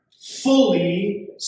fully